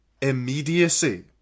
immediacy